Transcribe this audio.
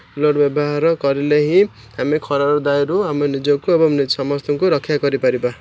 cooler ବ୍ୟବହାର କରିଲେ ହିଁ ଆମେ ଖରାରୁ ଦାୟରୁ ଆମେ ନିଜକୁ ଏବଂ ସମସ୍ତଙ୍କୁ ରକ୍ଷା କରିପାରିବା